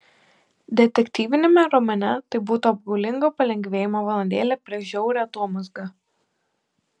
detektyviniame romane tai būtų apgaulingo palengvėjimo valandėlė prieš žiaurią atomazgą